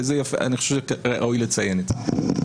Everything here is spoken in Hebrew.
אני חושב שראוי לציין את זה.